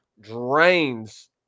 drains